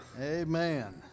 Amen